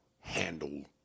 handle